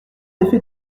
effet